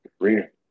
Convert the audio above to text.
career